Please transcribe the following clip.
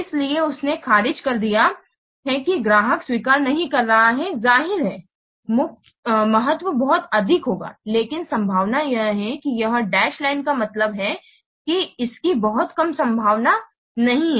इसलिए उसने खारिज कर दिया है कि ग्राहक स्वीकार नहीं कर रहा हैजाहिर है महत्व बहुत अधिक होगा लेकिन संभावना यह है कि यह डैश लाइन का मतलब है कि इसकी बहुत संभावना नहीं है